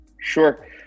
Sure